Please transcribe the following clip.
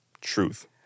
Truth